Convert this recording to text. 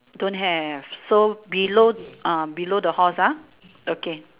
don't have so below uh below the horse ah okay